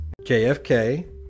JFK